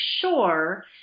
sure